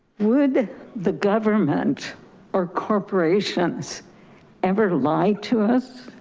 would the government or corporations ever lie to us?